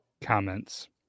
comments